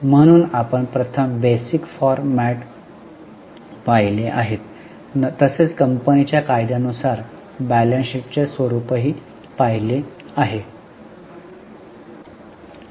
म्हणून आपण प्रथम बेसिक फॉरमॅट पाहिले आहेत तसेच कंपनीच्या कायद्यानुसार बॅलन्स शीटचे स्वरूपही पाहिले आहे